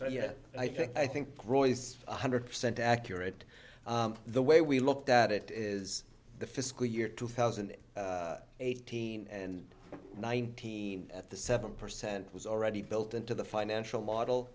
think i think one hundred percent accurate the way we looked at it is the fiscal year two thousand and eighteen and nineteen at the seven percent was already built into the financial model